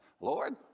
Lord